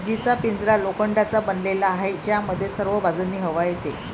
जीचा पिंजरा लोखंडाचा बनलेला आहे, ज्यामध्ये सर्व बाजूंनी हवा येते